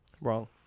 Wrong